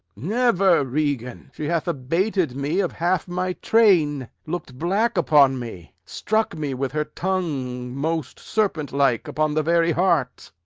never, regan! she hath abated me of half my train look'd black upon me struck me with her tongue, most serpent-like, upon the very heart.